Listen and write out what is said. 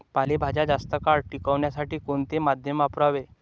पालेभाज्या जास्त काळ टिकवण्यासाठी कोणते माध्यम वापरावे?